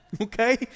okay